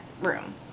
room